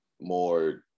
more